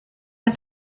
est